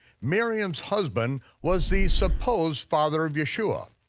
miriam's husband, was the supposed father of yeshua.